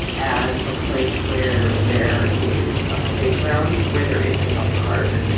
as a place where there is a playground, where there isn't a park.